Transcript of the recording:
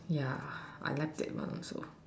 ya I like that mah so